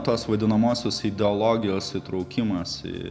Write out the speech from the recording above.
tos vadinamosios ideologijos įtraukimas į